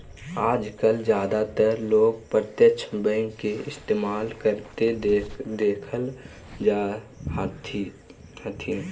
आजकल ज्यादातर लोग प्रत्यक्ष बैंक के इस्तेमाल करते देखल जा हथिन